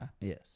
Yes